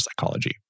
psychology